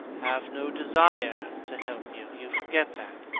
have no desire to help you. you forget that.